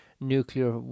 nuclear